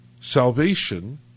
salvation